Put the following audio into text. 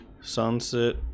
sunset